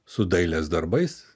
su dailės darbais